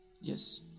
Yes